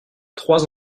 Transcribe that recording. trois